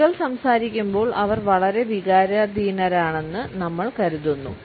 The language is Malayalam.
സ്ത്രീകൾ സംസാരിക്കുമ്പോൾ അവർ വളരെ വികാരാധീനരാണെന്ന് നമ്മൾ കരുതുന്നു